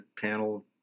panel